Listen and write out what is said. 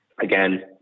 again